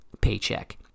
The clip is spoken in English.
paycheck